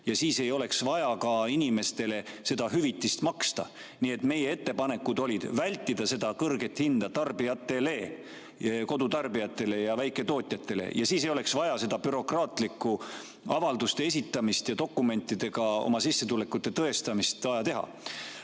siis ei oleks vaja inimestele seda hüvitist ka maksta. Nii et meie ettepanek oli vältida kõrget hinda tarbijatele, kodutarbijatele ja väiketootjatele, siis ei oleks vaja seda bürokraatlikku avalduste esitamist ja dokumentidega oma sissetulekute tõestamist teha. Aga